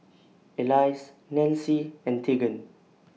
Alyse Nancie and Tegan